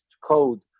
code